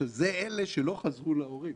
שזה אלו שלא חזרו להורים.